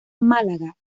málaga